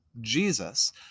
Jesus